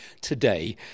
today